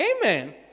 Amen